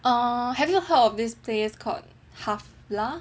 err have you heard of this place call Hvala